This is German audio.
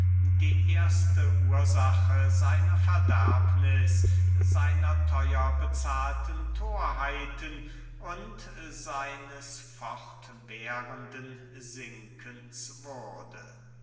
die erste ursache seiner verderbniß seiner theuer bezahlten thorheiten und seines fortwährenden sinkens wurde